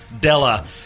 Della